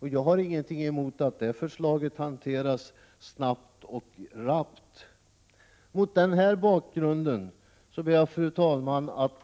Jag har ingenting emot en snabb hantering när det gäller det förslaget. Mot denna bakgrund ber jag, fru talman, att